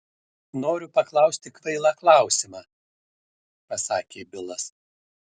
noriu paklausti kvailą klausimą pasakė bilas